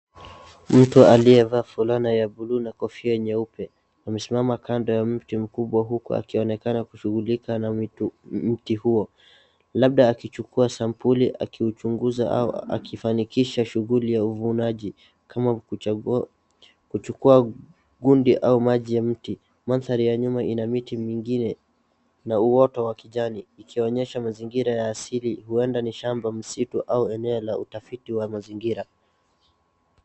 Mtu aliyevaa fulana ya buluu na kofia nyeupe, amesimama kando ya mti mkubwa huku akionekana kushughulika na mitu- mti huo, labda akichukua sampuli, akiuchunguza au akifanikisha shughuli ya uvunaji kama kuchagua- kuchukua gundi au maji ya miti. Mandhari ya nyuma ina miti mingine na uoto wa kijani, ikionyesha mazingira ya asili huenda ni shamba, misitu au eneo la utafiti wa mazingira.